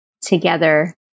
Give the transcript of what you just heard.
together